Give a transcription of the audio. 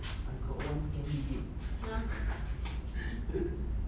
I got one candidate